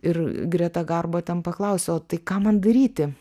ir greta garbo ten paklausė o tai ką man daryti